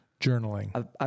Journaling